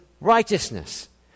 righteousness